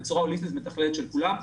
בצורה הוליסטית ומתכללת של כולם.